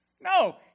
No